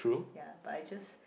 ya but I just